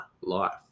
life